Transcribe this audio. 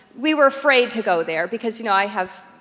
we were afraid to go there, because you know, i have,